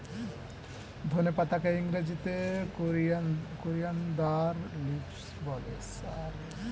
ধনে পাতাকে ইংরেজিতে কোরিয়ানদার লিভস বলে